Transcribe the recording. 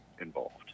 involved